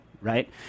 Right